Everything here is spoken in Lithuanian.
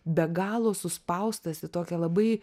be galo suspaustas į tokią labai